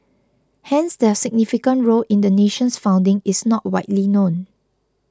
hence their significant role in the nation's founding is not widely known